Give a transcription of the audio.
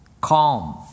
calm